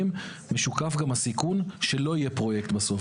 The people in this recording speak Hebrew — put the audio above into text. משוקף גם הסיכון שלא יהיה פרויקט בסוף.